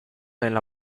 nella